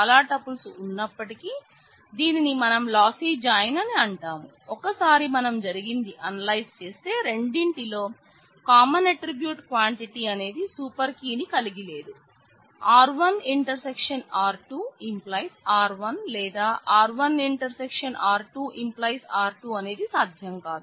R1 ∩ R2 R1 లేదా R1 ∩ R2 R2 అనేది సాధ్యం కాదు